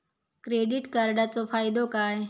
Credit कार्डाचो फायदो काय?